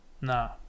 No